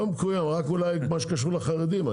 לא מקוים, רק אולי מה שקשור לחרדים.